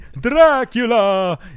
Dracula